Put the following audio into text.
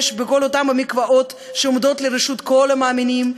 בכל אותם המקוואות שעומדים לרשות כל המאמינים.